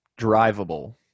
drivable